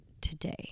today